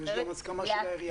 יש גם הסכמה של העירייה.